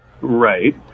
right